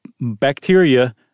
bacteria